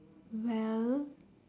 well